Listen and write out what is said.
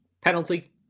penalty